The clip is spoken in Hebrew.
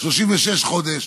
36 חודש,